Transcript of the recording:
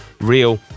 real